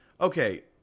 okay